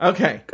Okay